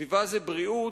סביבה זה בריאות,